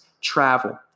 travel